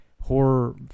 horror